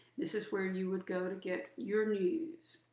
this is where you would go to get your news.